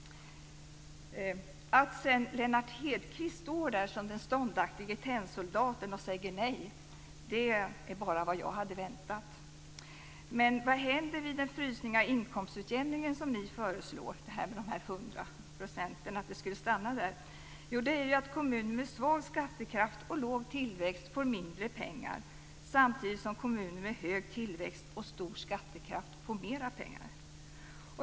Att sedan Lennart Hedquist står där som den ståndaktige tennsoldaten och säger nej är bara vad jag hade väntat. Men vad händer vid den frysning av inkomstutjämningen vid 100 % som ni föreslår? Jo, det är att kommuner med svag skattekraft och låg tillväxt får mindre pengar, samtidigt som kommuner med hög tillväxt och stor skattekraft får mera pengar.